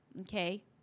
Okay